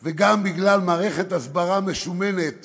עושים וגם בגלל מערכת הסברה משומנת